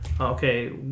okay